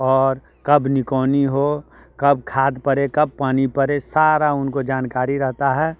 और कब निकौनी हो कब खाद परे कब पानी परे सारा उनको जानकारी रहता है